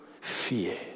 Fear